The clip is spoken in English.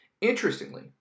Interestingly